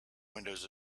windows